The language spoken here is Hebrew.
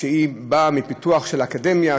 שבאה מפיתוח של האקדמיה,